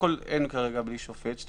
אין כרגע בלי צו שופט.